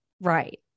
Right